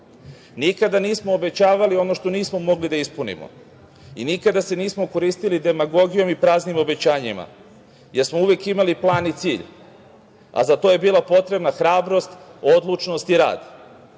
evra. Nikada nismo obećavali ono što nismo mogli da ispunimo i nikada se nismo koristili demagogijom i praznim obećanjima, jer smo uvek imali plan i cilj, a za to je bila potrebna hrabrost, odlučnost i rad.